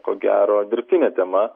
ko gero dirbtinė tema